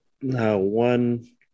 one